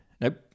Nope